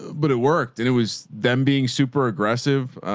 but it worked. and it was them being super aggressive.